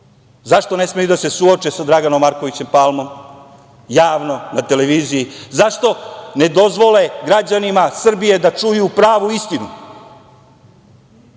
Zašto ne smeju da se suoče sa Draganom Markovićem Palmom, javno, na televiziji? Zašto ne dozvole građanima Srbije da čuju pravu istinu,